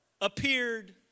appeared